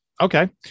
Okay